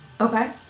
Okay